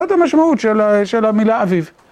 את המשמעות של המילה אביב